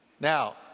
Now